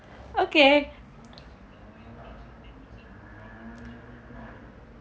okay